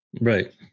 Right